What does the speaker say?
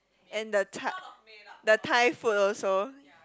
and the Thai the Thai food also